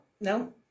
no